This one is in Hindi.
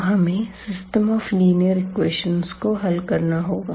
तो हमें सिस्टम ऑफ लीनियर इक्वेशन को हल करना होगा